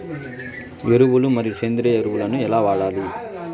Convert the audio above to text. ఎరువులు మరియు సేంద్రియ ఎరువులని ఎలా వాడాలి?